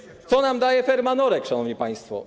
Co nam daje ferma norek, szanowni państwo?